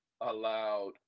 allowed